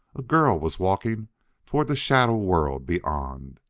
a girl was walking toward the shadow-world beyond,